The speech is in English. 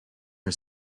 her